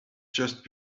just